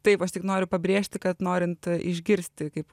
taip aš tik noriu pabrėžti kad norint išgirsti kaip